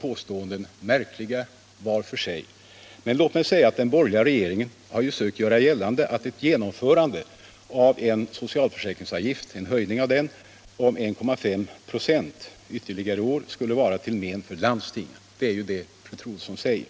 påståendena, märkliga vart och ett för sig. Den borgerliga regeringen har försökt göra gällande att en höjning av socialförsäkringsavgiften med ytterligare 1,5 96 i år skulle vara till men för landstingen. Det sade också fru Troedsson nyss.